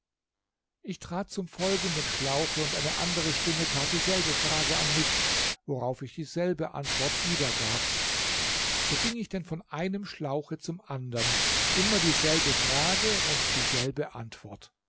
ich trat zum folgenden schlauche und eine andere stimme tat dieselbe frage an mich worauf ich dieselbe antwort wiedergab so ging ich denn von einem schlauche zum andern immer dieselbe frage und dieselbe antwort